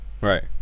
Right